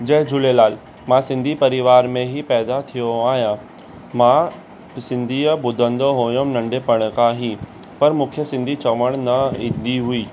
जय झूलेलाल मां सिंधी परिवार में ई पैदा थियो आहियां मां सिंधी ॿुधंदो हुयुमि नंढुपण खां ई पर मूंखे सिंधी चवणु न ईंदी हुई